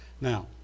now